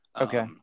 okay